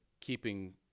keeping